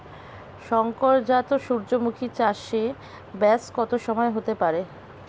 শংকর জাত সূর্যমুখী চাসে ব্যাস কত সময় হতে পারে?